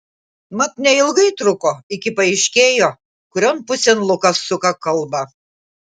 mat neilgai truko iki paaiškėjo kurion pusėn lukas suka kalbą